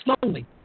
slowly